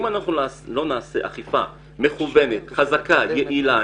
אם אנחנו לא נבצע אכיפה מכוות חזקה ויעילה,